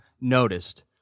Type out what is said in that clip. noticed